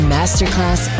Masterclass